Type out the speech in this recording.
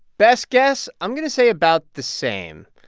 best guess, i'm going to say about the same,